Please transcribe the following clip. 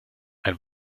ein